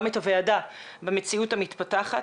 גם את הוועדה במציאות המתפתחת.